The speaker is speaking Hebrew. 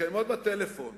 ומתקיימות בטלפון